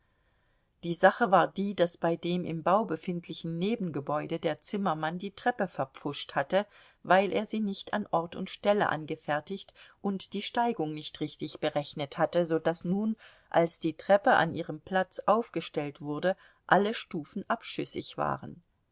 die sache war die daß bei dem im bau befindlichen nebengebäude der zimmermann die treppe verpfuscht hatte weil er sie nicht an ort und stelle angefertigt und die steigung nicht richtig berechnet hatte so daß nun als die treppe an ihrem platz aufgestellt wurde alle stufen abschüssig waren